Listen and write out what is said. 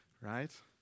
right